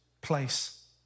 place